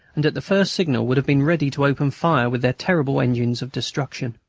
and at the first signal would have been ready to open fire with their terrible engines of destruction.